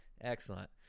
Excellent